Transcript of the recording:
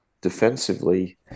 defensively